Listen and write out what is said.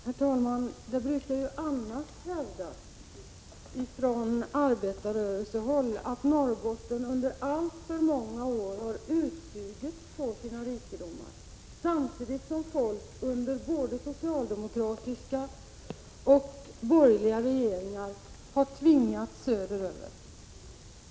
Herr talman! Det brukar ju annars hävdas från arbetarrörelsehåll att Norrbotten under alltför många år har utsugits på sina rikedomar, samtidigt som folk under både socialdemokratiska och borgerliga regeringar har tvingats söder över.